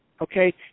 okay